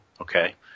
okay